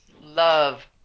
love